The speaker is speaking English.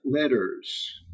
letters